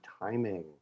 timing